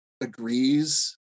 agrees